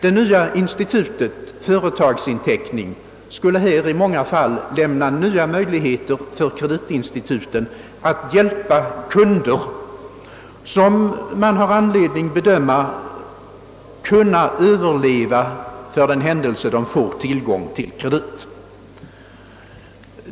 Det nya institutet, företagsinteck ning, skulle i många fall öppna nya möjligheter för kreditinstituten att hjälpa företag, som skäligen bedöms kunna överleva för den händelse de får tillgång till kredit.